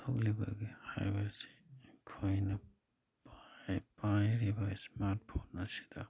ꯊꯣꯛꯂꯤꯕꯒꯦ ꯍꯥꯏꯕꯁꯤ ꯑꯩꯈꯣꯏꯅ ꯄꯥꯏꯔꯤꯕ ꯏꯁꯃꯥꯔꯠ ꯐꯣꯟ ꯑꯁꯤꯗ